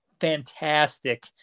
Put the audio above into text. fantastic